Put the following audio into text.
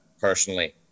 personally